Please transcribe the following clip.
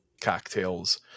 cocktails